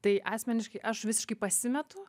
tai asmeniškai aš visiškai pasimetu